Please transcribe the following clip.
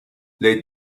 les